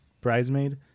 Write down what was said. bridesmaid